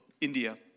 India